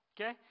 Okay